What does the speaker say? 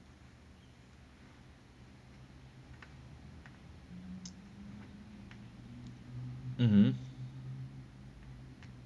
mmhmm